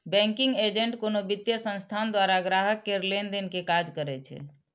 banking agent कोनो वित्तीय संस्थान द्वारा ग्राहक केर लेनदेन के काज करै छै